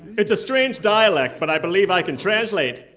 it's a strange dialect. but i believe i can translate.